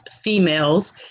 females